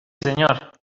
señor